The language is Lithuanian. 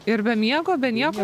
ir be miego be nieko